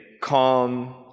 calm